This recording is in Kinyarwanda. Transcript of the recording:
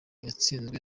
yatsinzwe